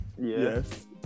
Yes